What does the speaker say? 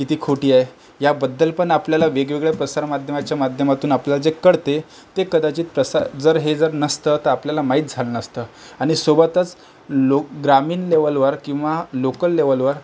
किती खोटी आहे याबद्दल पण आपल्याला वेगवेगळ्या प्रसारमाध्यमाच्या माध्यमातून आपल्याला जे कळते ते कदाचित प्रसार जर हे जर नसतं तर आपल्याला माहीत झालं नसतं आणि सोबतच लोक ग्रामीण लेवलवर किंवा लोकल लेवलवर